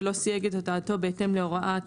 ולא סייג את הודעתו בהתאם להוראות